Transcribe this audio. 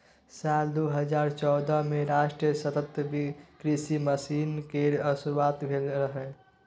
साल दू हजार चौदह मे राष्ट्रीय सतत कृषि मिशन केर शुरुआत भेल रहै